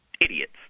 idiots